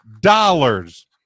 dollars